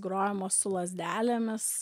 grojama su lazdelėmis